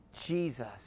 Jesus